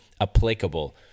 applicable